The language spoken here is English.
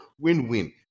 win-win